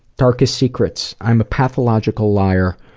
darkest secrets i'm a pathological liar